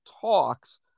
talks